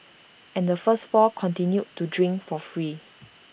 and the first four continued to drink for free